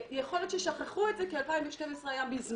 יכול להיות ששכחו את זה כי 2012 היה מזמן.